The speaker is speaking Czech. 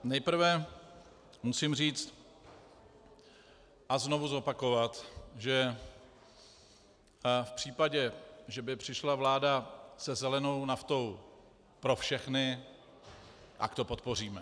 Nejprve musím říct a znovu zopakovat, že v případě, že by přišla vláda se zelenou naftou pro všechny, tak to podpoříme.